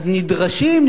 אז נדרשים,